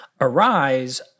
arise